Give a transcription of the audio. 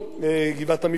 הגבעה-הצרפתית,